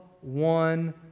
one